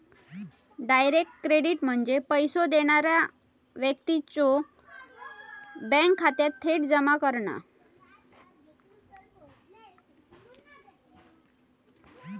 direct credit म्हणजे पैसो देणारा व्यक्तीच्यो बँक खात्यात थेट जमा करणा